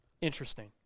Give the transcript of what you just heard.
Interesting